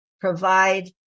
provide